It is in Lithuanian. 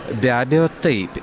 be abejo taip